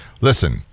listen